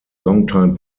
longtime